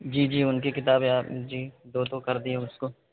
جی جی ان کی کتابیں آپ جی دوسو کر دیجیے اس کو